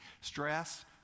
Stress